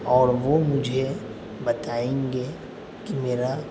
اور وہ مجھے بتائیں گے کہ میرا